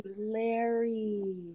Larry